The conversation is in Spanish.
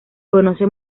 conoce